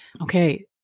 okay